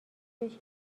بهش